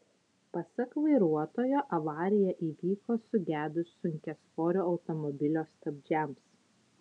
pasak vairuotojo avarija įvyko sugedus sunkiasvorio automobilio stabdžiams